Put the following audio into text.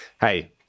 hey